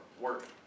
work